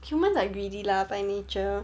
humans are greedy lah by nature